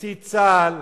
ותוציא את צה"ל